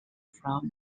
from